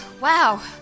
Wow